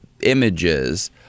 images